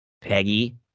Peggy